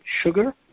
sugar